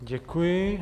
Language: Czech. Děkuji.